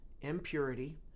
impurity